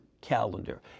calendar